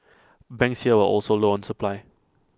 banks here were also low on supply